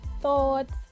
thoughts